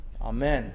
Amen